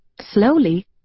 Slowly